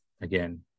again